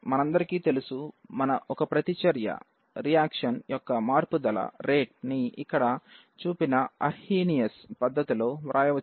మనకందరికి తెలుసు ఒక ప్రతిచర్య యొక్క మార్పుదల ని ఇక్కడ చూపిన అర్హీనియస్ పద్ధతిలో వ్రాయవచ్చని